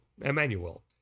Emmanuel